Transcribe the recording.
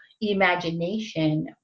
imagination